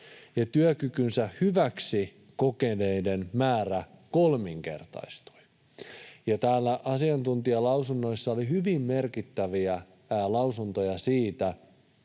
ja työkykynsä hyväksi kokeneiden määrä kolminkertaistui. Ja täällä asiantuntijalausunnoissa oli hyvin merkittäviä lausuntoja siitä,